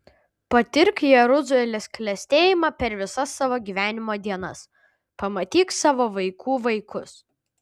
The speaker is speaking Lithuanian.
patirk jeruzalės klestėjimą per visas savo gyvenimo dienas pamatyk savo vaikų vaikus